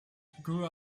grew